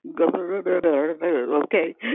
Okay